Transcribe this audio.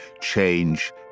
change